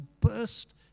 burst